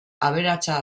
aberatsa